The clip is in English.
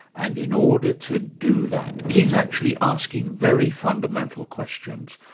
and in order to do that, he's actually asking very fundamental questions.